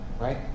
right